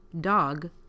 dog